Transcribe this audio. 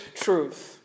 truth